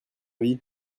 vie